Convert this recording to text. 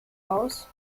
aus